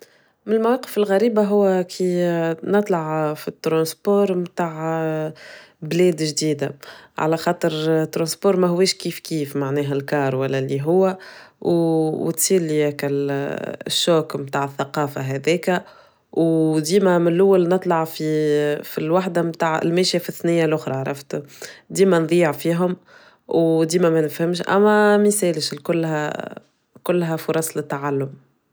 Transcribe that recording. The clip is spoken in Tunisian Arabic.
من المواقف الغريبة هو كي نطلع في الترونسبور متاع بلاد جديدة على خاطر ترونسبور ما هويش كيف كيف معناها الكار ولا إللي هو وتسيل يكا الشوك متاع الثقافة هاذاكا وديما من الأول نطلع في الوحدة متاع الماشية في الثانية الأخرى عرفتم ديما نضيع فيهم وديما ما نفهمش أما مثالي كلها كلها فرص للتعلم.